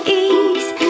ease